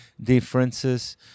differences